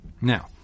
now